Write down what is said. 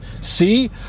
see